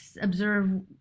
observe